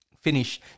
finish